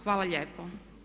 Hvala lijepo.